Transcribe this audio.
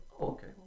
Okay